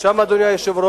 שם, אדוני היושב-ראש,